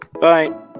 Bye